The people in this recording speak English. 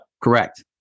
Correct